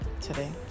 today